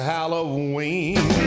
Halloween